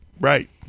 Right